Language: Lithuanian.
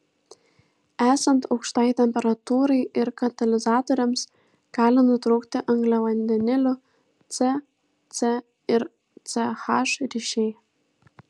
esant aukštai temperatūrai ir katalizatoriams gali nutrūkti angliavandenilių c c ir c h ryšiai